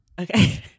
Okay